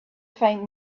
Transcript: faint